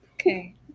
Okay